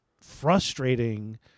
frustrating